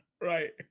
Right